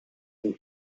des